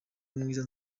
umwiza